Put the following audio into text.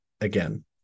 again